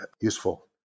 useful